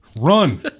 run